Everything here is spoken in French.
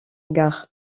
gare